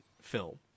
film